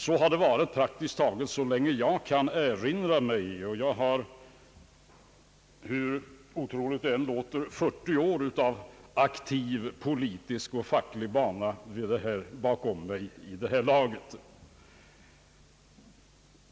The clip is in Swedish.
Så har det varit praktiskt taget så länge jag kan erinra mig, och jag har — hur otroligt det än låter — 40 år av aktiv politisk och facklig bana bakom mig vid det här laget.